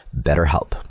BetterHelp